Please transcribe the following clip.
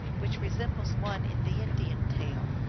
which resem bles one in the indian tale.